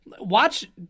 watch